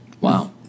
wow